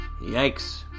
Yikes